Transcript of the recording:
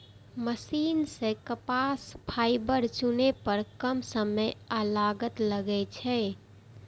machine सं कपास fibre चुनै पर कम समय आ लागत लागै छै